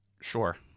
Sure